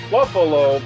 Buffalo